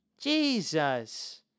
Jesus